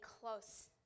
close